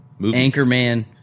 Anchorman